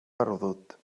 perdut